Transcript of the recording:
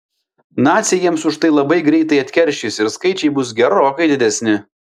naciai jiems už tai labai greitai atkeršys ir skaičiai bus gerokai didesni